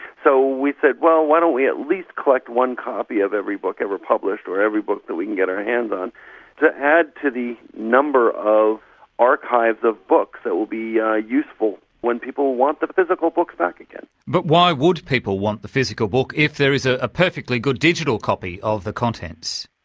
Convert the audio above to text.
so we said, well, why don't we at least collect one copy of every book ever published or every book that we can get our hands on to add to the number of archives of books that will be ah useful when people want the physical books back again. but why would people want the physical book if there is a perfectly good digital copy of the contents?